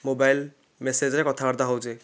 mobile ମେସେଜ୍ରେ କଥାବାର୍ତ୍ତା ହଉଛେ